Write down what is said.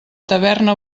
taverna